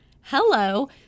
Hello